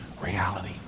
reality